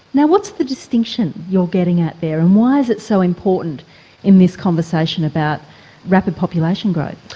now what's the distinction you're getting at there, and why is it so important in this conversation about rapid population growth?